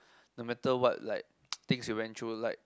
no matter what like things you went through like